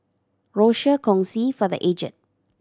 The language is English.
Rochor Kongsi for The Aged